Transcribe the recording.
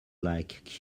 like